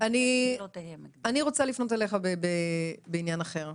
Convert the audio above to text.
אני רוצה לפנות אליך בעניין אחר.